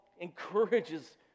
encourages